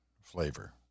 flavor